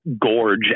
gorge